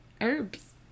herbs